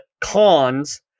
cons